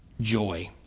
joy